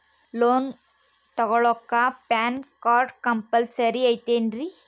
Loan ತೊಗೊಳ್ಳಾಕ PAN card compulsory ಐಯ್ತೇನ್ರಿ?